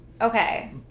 Okay